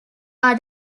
are